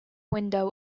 window